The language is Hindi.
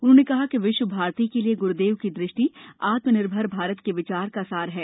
उन्होंने कहा कि विश्व भारती के लिए गुरुदेव की दृष्टि आत्मनिर्भर भारत के विचार का सार है